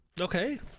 Okay